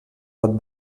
pot